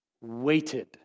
waited